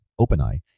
OpenEye